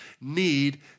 need